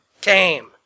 came